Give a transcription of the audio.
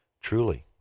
truly